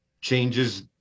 changes